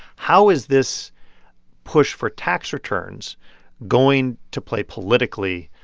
how is this push for tax returns going to play politically?